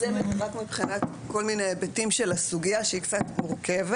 זה רק מבחינת כל מיני היבטים של הסוגיה שהיא קצת מורכבת,